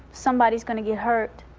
somebody's gonna get hurt.